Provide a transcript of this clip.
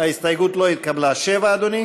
הסתייגות מס' 6, לסעיף 1,